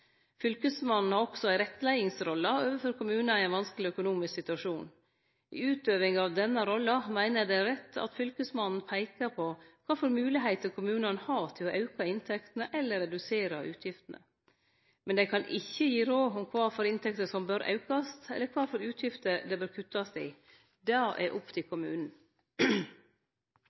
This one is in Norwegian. Fylkesmannen har også ei rettleiingsrolle overfor kommunar i ein vanskeleg økonomisk situasjon. I utøvinga av denne rolla meiner eg det er rett at Fylkesmannen peiker på kva for moglegheiter kommunane har til å auke inntektene eller redusere utgiftene. Men dei kan ikkje gi råd om kva for inntekter som bør aukast, eller kva for utgifter det bør kuttast i. Det er opp til kommunen.